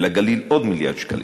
ולגליל עוד מיליארד שקלים.